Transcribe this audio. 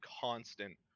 constant